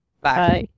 Bye